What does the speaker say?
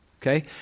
okay